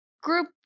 group